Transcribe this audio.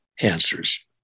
answers